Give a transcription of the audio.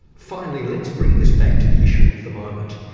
finally, let's bring this back to the issue of the moment.